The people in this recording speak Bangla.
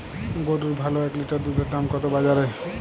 গরুর ভালো এক লিটার দুধের দাম কত বাজারে?